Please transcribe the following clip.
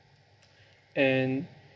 and